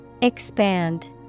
Expand